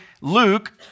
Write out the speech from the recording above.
Luke